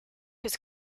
his